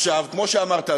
כמו שאמרת,